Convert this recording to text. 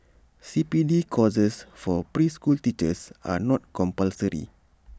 C P D courses for preschool teachers are not compulsory